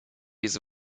без